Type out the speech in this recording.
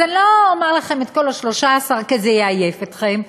אז אני לא אומר לכם את כל ה-13, כי זה יעייף אתכם.